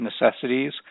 necessities